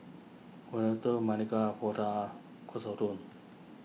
Gyudon Maili Kofta Katsudon